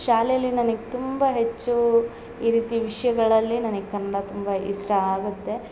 ಶಾಲೆಯಲ್ಲಿ ನನಗೆ ತುಂಬ ಹೆಚ್ಚು ಈ ರೀತಿ ಷಯಗಳಲ್ಲಿ ನನಗೆ ಕನ್ನಡ ತುಂಬ ಇಷ್ಟ ಆಗುತ್ತೆ